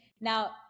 Now